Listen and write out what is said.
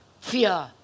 fear